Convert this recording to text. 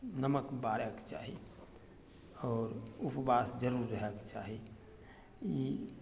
नमक बारयके चाही आओर उपवास जरूर रहयके चाही ई